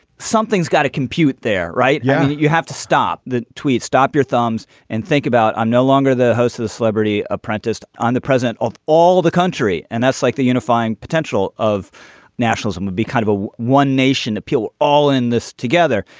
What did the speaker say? something's got to compute there. right yeah. you have to stop that tweet stop your thumbs and think about. i'm no longer the host of the celebrity apprentice on the president of all the country and that's like the unifying potential of nationalism would be kind of a one nation appeal all in this together.